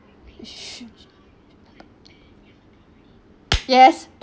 pitch yes